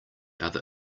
other